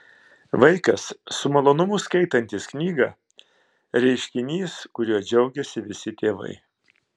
vaikas su malonumu skaitantis knygą reiškinys kuriuo džiaugiasi visi tėvai